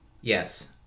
Yes